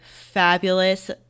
fabulous